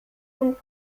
und